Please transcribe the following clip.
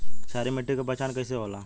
क्षारीय मिट्टी के पहचान कईसे होला?